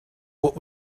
what